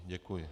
Děkuji.